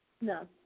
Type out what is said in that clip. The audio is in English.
No